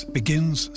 begins